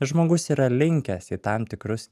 žmogus yra linkęs į tam tikrus